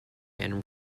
and